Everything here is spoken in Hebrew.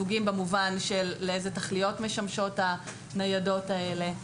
סוגים במובן של לאיזה תכליות משמשות הניידות האלה,